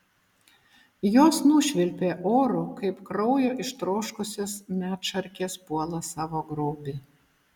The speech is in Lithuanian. jos nušvilpė oru kaip kraujo ištroškusios medšarkės puola savo grobį